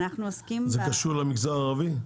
זה קשור למגזר הערבי?